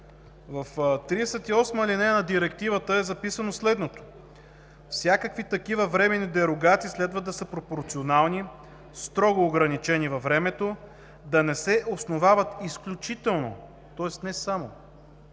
В ал. 38 на Директивата е записано следното: „Всякакви такива временни дерогации следва да са пропорционални, строго ограничени във времето, да не се основават изключително – тоест не само